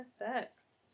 effects